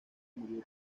murió